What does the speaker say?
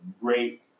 great